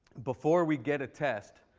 before we get a test,